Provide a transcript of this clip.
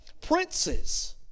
princes